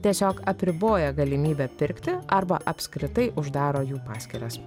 tiesiog apriboja galimybę pirkti arba apskritai uždaro jų paskyras